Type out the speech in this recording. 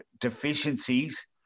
deficiencies